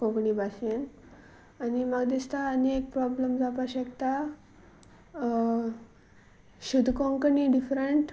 कोंकणी भाशेन आनी म्हाका दिसता आनी एक प्रोब्लम जावपा शकता शुदकोंकणी डिफरंट